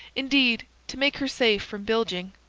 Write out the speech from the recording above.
indeed, to make her safe from bilging,